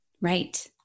Right